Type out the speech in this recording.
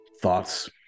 thoughts